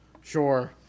Sure